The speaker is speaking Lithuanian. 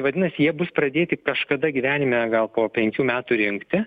vadinasi jie bus pradėti kažkada gyvenime gal po penkių metų rinkti